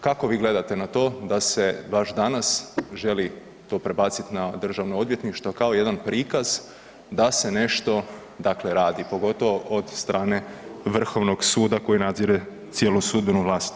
Kako vi gledate na to da se baš danas želi to prebacit na državno odvjetništvo kao jedan prikaz da se nešto dakle radi, pogotovo od strane vrhovnog suda koji nadzire cijelu sudbenu vlast?